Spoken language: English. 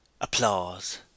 applause